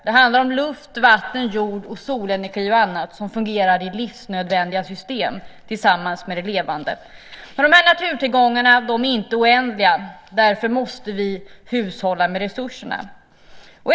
Det handlar om luft, vatten, jord, solenergi och annat som fungerar i livsnödvändiga system tillsammans med det levande. Men de här naturtillgångarna är inte oändliga. Därför måste vi hushålla med resurserna.